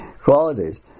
qualities